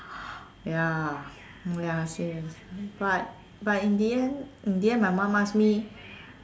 ya oh ya same but but in the end in the end my mum ask me